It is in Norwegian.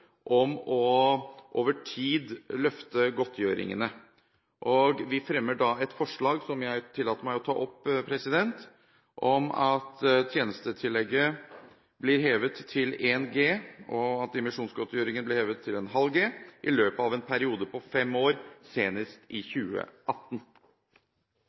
om over tid å løfte godtgjøringene. Vi fremmer et forslag som jeg tillater meg å ta opp: at tjenestetillegget blir hevet til 1 G, og at dimisjonsgodtgjøringen blir hevet til 0,5 G i løpet av en periode på fem år, senest i